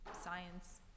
science